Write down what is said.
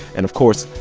and of course,